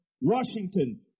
Washington